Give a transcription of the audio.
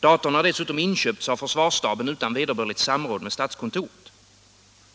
Datorn har inköpts av försvarsstaben utan vederbörligt samråd med statskontoret.